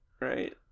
right